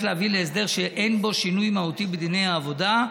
להביא להסדר שאין בו שינוי מהותי בדיני העבודה,